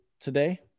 today